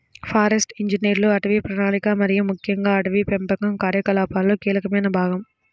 forest ఇంజనీర్లు అటవీ ప్రణాళిక మరియు ముఖ్యంగా అటవీ పెంపకం కార్యకలాపాలలో కీలకమైన భాగం